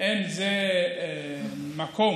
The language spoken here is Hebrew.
במקום